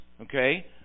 Okay